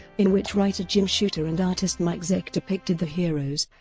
in which writer jim shooter and artist mike zeck depicted the heroes